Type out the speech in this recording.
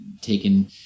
taken